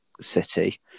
City